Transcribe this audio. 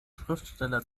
schriftsteller